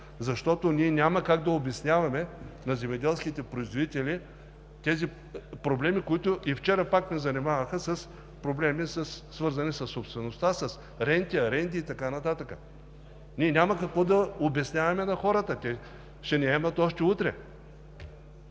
Ние няма как да обясняваме на земеделските производители тези проблеми – вчера пак ни занимаваха с проблеми, свързани със собствеността, с ренти, аренди и така нататък. Ние няма какво да обясняваме на хората, те ще ни емнат още утре.